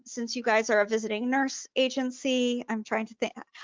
since you guys are a visiting nurse agency, i'm trying to think,